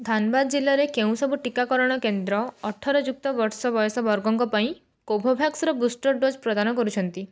ଧାନ୍ବାଦ୍ ଜିଲ୍ଲାରେ କେଉଁ ସବୁ ଟିକାକରଣ କେନ୍ଦ୍ର ଅଠର ଯୁକ୍ତ ବର୍ଷ ବୟସ ବର୍ଗଙ୍କ ପାଇଁ କୋଭୋଭ୍ୟାକ୍ସର ବୁଷ୍ଟର୍ ଡୋଜ୍ ପ୍ରଦାନ କରୁଛନ୍ତି